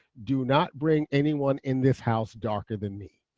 do not bring anyone in this house darker than me.